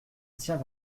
tient